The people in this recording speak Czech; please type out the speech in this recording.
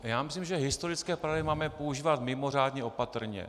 Já myslím, že historické paralely máme používat mimořádně opatrně.